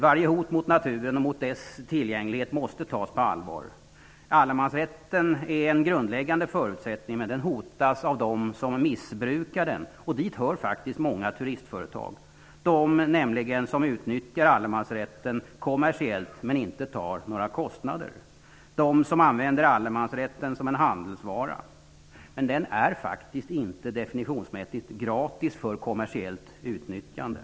Varje hot mot naturen och mot dess tillgänglighet måste tas på allvar. Allemansrätten är en grundläggande förutsättning, men den hotas av dem som missbrukar den. Dit hör faktiskt många turistföretag -- nämligen de som utnyttjar allemansrätten kommersiellt utan att ta några kostnader och använder allemansrätten som en handelsvara. Den är faktiskt inte definitionsmässigt gratis för kommersiellt utnyttjande.